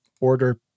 order